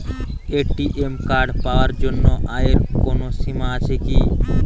ATM card পাওয়ার জন্য আয়ের কোনো সীমা আছে কি?